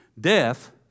Death